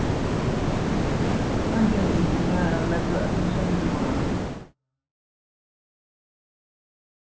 हांजी हांजी हांजी मैं मैटाडोर एसोसिएशन लीडर बोल्ला ना